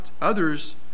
others